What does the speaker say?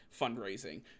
fundraising